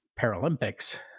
Paralympics